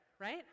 right